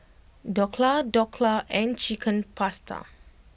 Dhokla Dhokla and Chicken Pasta